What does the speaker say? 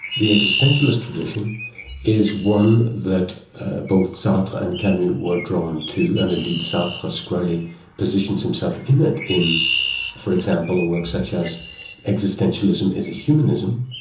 the existentialist tradition is one that both sartre and camus were drawn to, and indeed sartre ah squarely positions himself in it, in for example a work such as existentialism is a humanism.